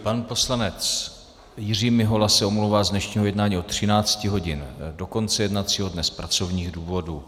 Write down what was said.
Pan poslanec Jiří Mihola se omlouvá z dnešního jednání od 13 hodin do konce jednacího dne z pracovních důvodů.